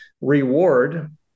Reward